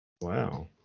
wow